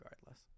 regardless